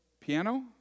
piano